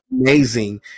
amazing